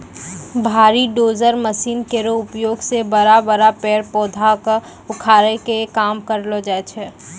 भारी dozer machine केरो उपयोग सें बड़ा बड़ा पेड़ पौधा क उखाड़े के काम करलो जाय छै